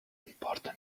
important